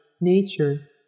nature